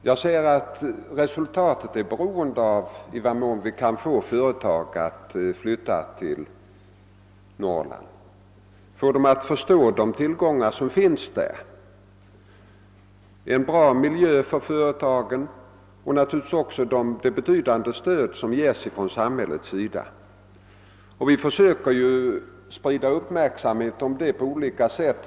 Jag säger att resultaten är beroende av i vad mån vi kan få företag att flytta till Norrland, få dem att förstå vilka tillgångar som finns där — en bra mil jö för företagen och naturligtvis också det betydande stöd som samhället ger. Vi försöker sprida upplysning om detta på olika sätt.